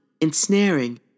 ensnaring